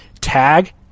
tag